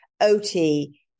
OT